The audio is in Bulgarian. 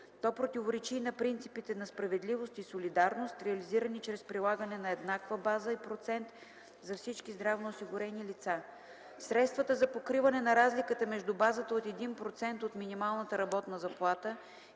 То противоречи и на принципите на справедливост и солидарност, реализирани чрез прилагане на еднаква база и процент за всички здравнооосигурени лица. Средствата за покриване на разликата между базата от 1% от минималната работна заплата